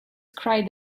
cried